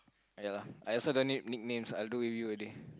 ya lah I have so many nicknames I told you already